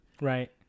right